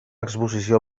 exposició